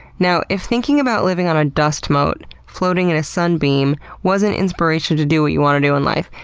now, if thinking about living on a dust mote floating in a sunbeam wasn't inspiration to do what you want to do in life,